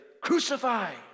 crucify